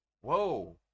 Whoa